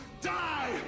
die